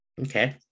Okay